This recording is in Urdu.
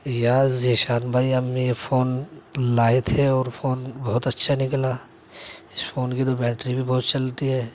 یار ذیشان بھائی ہم یہ فون لائے تھے اور یہ فون بہت اچھا نکلا اس فون کی بیٹری بھی بہت چلتی ہے